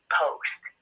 post